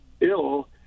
ill